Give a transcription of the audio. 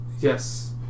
yes